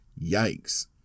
Yikes